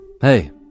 Hey